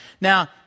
Now